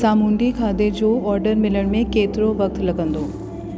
सामूंडी खाधे जो ऑडर मिलण में केतिरो वक्त लॻंदो